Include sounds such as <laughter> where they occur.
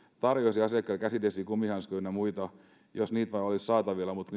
tarjoaisi asiakkaille käsidesiä kumihanskoja ynnä muita jos niitä vain olisi saatavilla mutta <unintelligible>